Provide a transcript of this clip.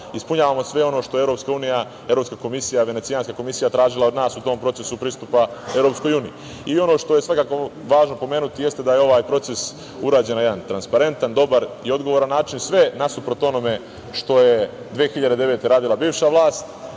ispunjavamo sve ono što je EU, Evropska komisija, Venecijanska komisija tražila od nas u tom procesu pristupa EU.Ono što je svakako važno pomenuti jeste da je ovaj proces urađen na jedan transparentan, dobar i odgovoran način, sve nasuprot onome što je 2009. godine radila bivša vlast.